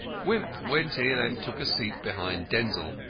wimp went in and took a seat behind denzil.